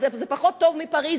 זה פחות טוב מפריס,